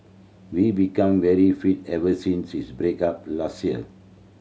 we became very fit ever since his break up last year